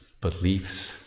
beliefs